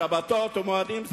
לשבתות ומועדים.